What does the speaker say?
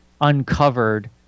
uncovered